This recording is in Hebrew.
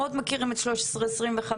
מאוד מכירים את 1325,